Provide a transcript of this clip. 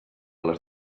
les